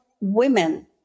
women